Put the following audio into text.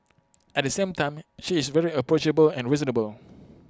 at the same time she is very approachable and reasonable